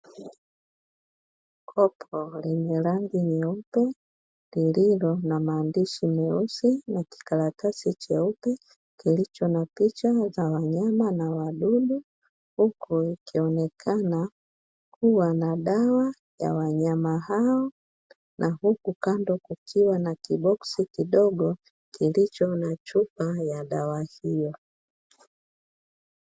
Kopo lenye rangi nyeupe lililo na maandishi meusi na kikaratasi cheupe kilicho na picha za wanyama na wadudu huku ikionekana kuwa na dawa ya wanyama hao, na huku kando kukiwa na kiboksi kidogo kilicho na chupa ya dawa hiyo.